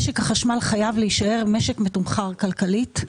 משק החשמל חייב להישאר משק מתומחר כלכלית.